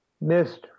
missed